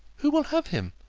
who will have him?